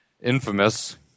infamous